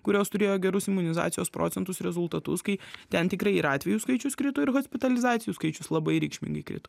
kurios turėjo gerus imunizacijos procentus rezultatus kai ten tikrai ir atvejų skaičius krito ir hospitalizacijų skaičius labai reikšmingai krito